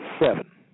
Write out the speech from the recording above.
seven